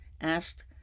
asked